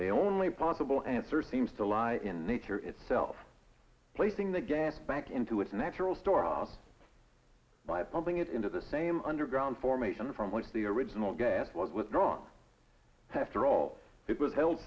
they only possible answer seems to lie in nature itself placing the gas back into its natural store by pumping it into the same underground formation from which the original gas was withdrawn after all it was held